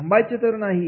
थांबायचे तर नाही